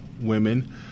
women